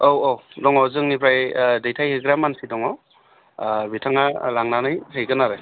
औ औ दङ जोंनिफ्राय ओह दैथाइ हैग्रा मानसि दङ आह बिथाङा लांनानै हैगोन आरो